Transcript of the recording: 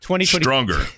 stronger